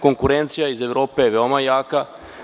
Konkurencija iz Evrope je veoma jako.